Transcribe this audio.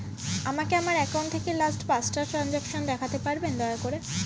আমাকে আমার অ্যাকাউন্ট থেকে লাস্ট পাঁচটা ট্রানজেকশন দেখাতে পারবেন দয়া করে